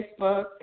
Facebook